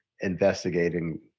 investigating